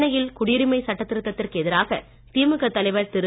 சென்னையில் குடியுரிமை சட்ட திருத்தத்திற்கு எதிராக திமுக தலைவர் திரு